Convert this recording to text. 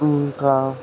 ఇంకా